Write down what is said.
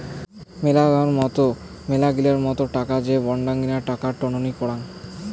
মেলাগিলা মত টাকা যে বডঙ্না টাকা টননি করাং